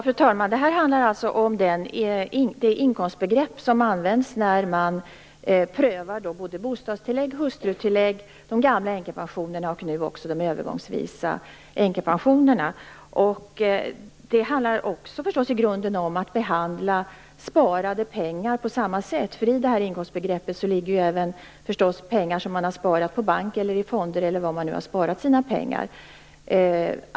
Fru talman! Det här handlar om det inkomstbegrepp som används när man prövar bostadstillägg, hustrutillägg, de gamla änkepensionerna och nu också de övergångsvisa änkepensionerna. Det handlar förstås också i grunden om att behandla sparade pengar på samma sätt. I inkomstbegreppet ligger ju även pengar som man har sparat på bank, i fonder eller var man nu har sparat dem.